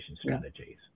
strategies